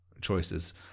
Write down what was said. choices